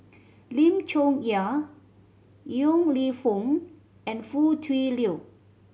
Lim Chong Yah Yong Lew Foong and Foo Tui Liew